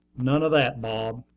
none of that, bob!